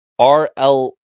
RL